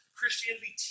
Christianity